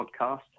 podcast